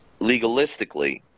legalistically